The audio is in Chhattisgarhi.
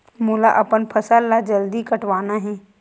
मोला अपन फसल ला जल्दी कटवाना हे?